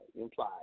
implied